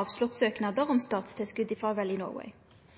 avslått søknader om statstilskot